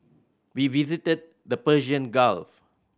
we visited the Persian Gulf